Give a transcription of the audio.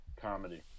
comedy